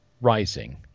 rising